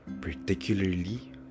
particularly